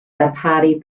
darparu